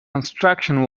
construction